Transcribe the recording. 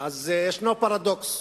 יש פרדוקס: